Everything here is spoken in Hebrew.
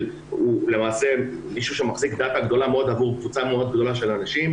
שהוא מישהו שמחזיק מאסה גדולה מאוד עבור קבוצה גדולה מאוד של אנשים